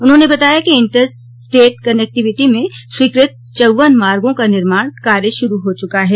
उन्होंने बताया कि इंटर स्टेट कनेक्टिविटी में स्वीकृत चौवन मागो का निर्माण कार्य शुरू हो चुका है